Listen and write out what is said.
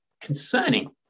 concerning